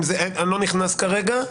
אני לא נכנס כרגע.